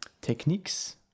techniques